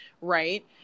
right